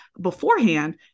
beforehand